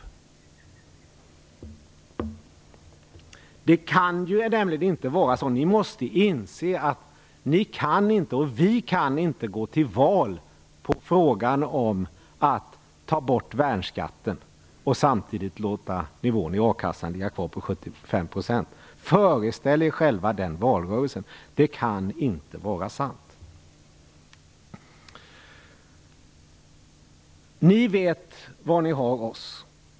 Ni socialdemokrater måste nämligen inse att varken Socialdemokraterna eller Vänsterpartiet kan gå till val på frågan om slopande av värnskatten, samtidigt som nivån i a-kassan tillåts ligga kvar på 75 %. Föreställ er själva den valrörelsen. Det kan inte vara rimligt. Ni vet var ni har oss.